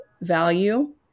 value